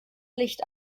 licht